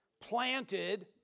planted